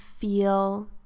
feel